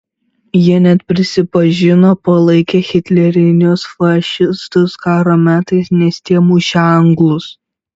jie net prisipažino palaikę hitlerinius fašistus karo metais nes tie mušę anglus